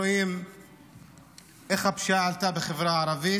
רואים איך עלתה הפשיעה בחברה הערבית,